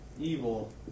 evil